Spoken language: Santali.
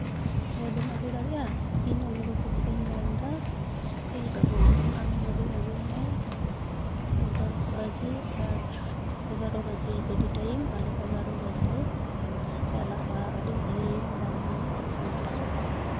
ᱜᱟᱹᱰᱤᱢ ᱟᱹᱜᱩ ᱫᱟᱲᱮᱭᱟᱜᱼᱟ ᱤᱧ ᱩᱞ ᱜᱷᱩᱴᱩ ᱠᱷᱚᱡ ᱤᱧ ᱢᱮᱱᱫᱟ ᱩᱠᱤᱞ ᱵᱟᱹᱦᱩ ᱟᱢ ᱜᱟᱹᱰᱤ ᱟᱹᱜᱩᱭ ᱢᱮ ᱫᱚᱥ ᱵᱟᱡᱮ ᱟᱨ ᱮᱜᱟᱨᱳ ᱵᱟᱡᱮ ᱜᱟᱹᱰᱤ ᱴᱟᱭᱤᱢ ᱟᱞᱮ ᱮᱜᱟᱨᱚ ᱵᱟᱡᱮᱞᱮ ᱪᱟᱞᱟᱜᱼᱟ ᱟᱹᱰᱤ ᱡᱷᱟᱹᱞ ᱫᱟᱬᱟᱱ ᱞᱮ ᱪᱟᱞᱟᱜᱼᱟ